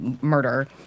murder